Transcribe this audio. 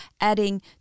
adding